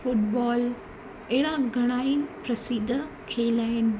football अहिड़ा घणेई प्रसिद्ध खेल आहिनि